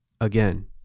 again